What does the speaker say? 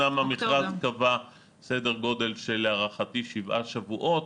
אני רוצה רק לומר שאמנם המכרז קבע סדר גודל של שבעה שבועות,